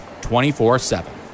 24-7